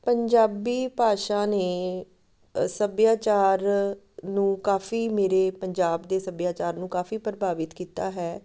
ਪੰਜਾਬੀ ਭਾਸ਼ਾ ਨੇ ਸੱਭਿਆਚਾਰ ਨੂੰ ਕਾਫ਼ੀ ਮੇਰੇ ਪੰਜਾਬ ਦੇ ਸੱਭਿਆਚਾਰ ਨੂੰ ਕਾਫ਼ੀ ਪ੍ਰਭਾਵਿਤ ਕੀਤਾ ਹੈ